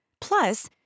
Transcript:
Plus